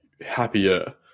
happier